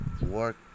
Work